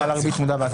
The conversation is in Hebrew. ריבית והצמדה.